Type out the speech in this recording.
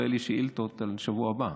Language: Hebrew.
לא יהיו לי שאילתות לשבוע הבא.